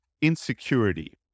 insecurity